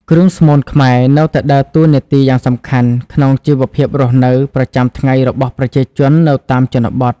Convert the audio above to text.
គ្រឿងស្មូនខ្មែរនៅតែដើរតួនាទីយ៉ាងសំខាន់ក្នុង ជីវភាពរស់នៅ ប្រចាំថ្ងៃរបស់ប្រជាជននៅតាមជនបទ។